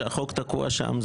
שהחוק תקוע שם,